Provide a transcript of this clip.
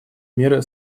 меры